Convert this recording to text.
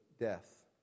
death